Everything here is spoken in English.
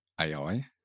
AI